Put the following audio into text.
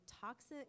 toxic